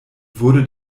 wurde